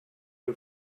you